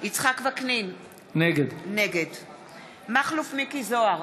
יצחק וקנין, נגד מכלוף מיקי זוהר,